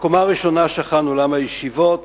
בקומה הראשונה שכן אולם הישיבות